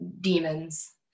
demons